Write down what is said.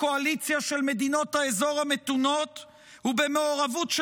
קואליציה של מדינות האזור המתונות ובמעורבות של